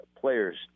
Players